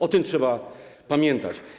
O tym trzeba pamiętać.